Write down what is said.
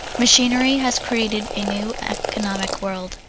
machinery has created a new economic world.